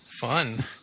Fun